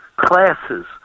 classes